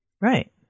Right